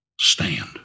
stand